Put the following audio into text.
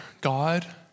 God